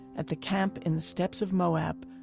at the camp in the steppes of moab,